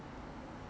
读 review lor